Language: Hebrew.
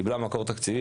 קיבלה מקור תקציבי,